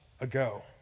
ago